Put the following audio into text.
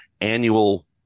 annual